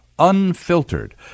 unfiltered